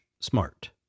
smart